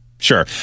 Sure